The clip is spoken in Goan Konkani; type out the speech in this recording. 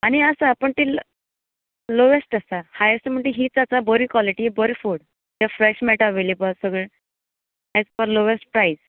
आनी आसा पण ती लोवेस्ट आसतात हायस्ट म्हणल्यार हीच आसा बरी काॅलिटी बरें फूड जें फ्रेश मेळटा एवलेबल सगळें एज पर लोवस्ट प्रायस